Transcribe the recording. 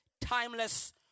timeless